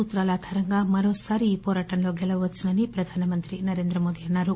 సూత్రాలు ఆధారంగా మరోసారి ఈ పోరాటంలో గెలవవచ్చునని ప్రధానమంత్రి నరేంద్రమోదీ అన్నారు